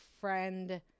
friend